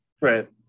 Right